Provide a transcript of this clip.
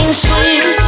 sweet